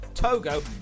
Togo